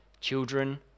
children